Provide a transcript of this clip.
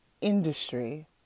industry